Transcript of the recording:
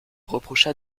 reprocha